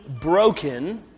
broken